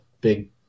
big